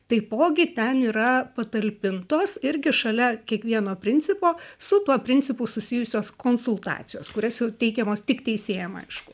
taipogi ten yra patalpintos irgi šalia kiekvieno principo su tuo principu susijusios konsultacijos kurias jau teikiamos tik teisėjam aišku